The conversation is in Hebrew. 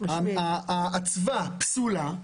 האצווה פסולה.